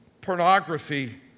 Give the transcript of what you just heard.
pornography